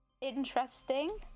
interesting